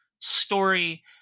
story